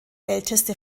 älteste